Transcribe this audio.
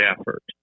effort